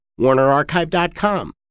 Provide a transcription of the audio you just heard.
warnerarchive.com